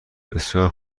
بسیار